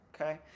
Okay